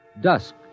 Dusk